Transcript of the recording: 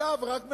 אגב, רק מהאזור: